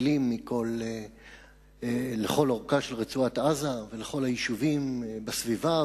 טילים מכל אורכה של רצועת-עזה ולכל היישובים בסביבה,